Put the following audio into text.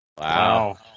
Wow